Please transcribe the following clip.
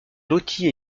loties